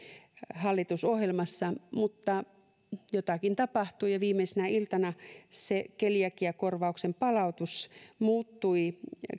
hallitusohjelmassa mutta jotakin tapahtui ja viimeisenä iltana se keliakiakorvauksen palautus muuttui